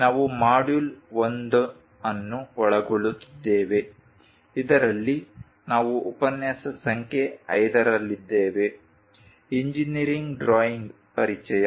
ನಾವು ಮಾಡ್ಯೂಲ್ 1 ಅನ್ನು ಒಳಗೊಳ್ಳುತ್ತಿದ್ದೇವೆ ಇದರಲ್ಲಿ ನಾವು ಉಪನ್ಯಾಸ ಸಂಖ್ಯೆ 5 ರಲ್ಲಿದ್ದೇವೆ ಇಂಜಿನೀರಿಂಗ್ ಡ್ರಾಯಿಂಗ್ ಪರಿಚಯ